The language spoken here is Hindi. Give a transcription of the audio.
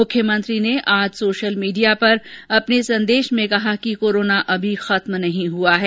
मुख्यमंत्री ने आज सोशल मीडिया पर अपने संदेश में कहा है कि कोरोना अभी खत्म नहीं हुआ है